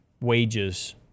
wages